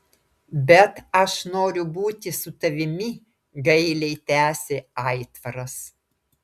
bet aš noriu būti su tavimi gailiai tęsė aitvaras